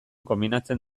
konbinatzen